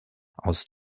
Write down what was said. aus